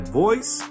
voice